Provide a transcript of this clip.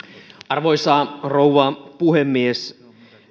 arvoisa rouva puhemies